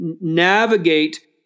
navigate